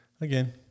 again